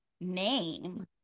name